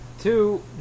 two